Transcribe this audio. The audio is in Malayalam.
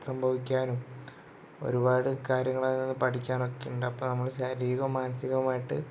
സംഭവിക്കാനും ഒരുപാട് കാര്യങ്ങൾ അതിൽ നിന്ന് പഠിക്കാനൊക്കെ ഉണ്ട് ഇപ്പം നമ്മൾ ശാരീരികവും മാനസികവുമായിട്ട്